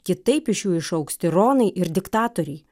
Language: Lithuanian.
kitaip iš jų išaugs tironai ir diktatoriai